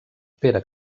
pere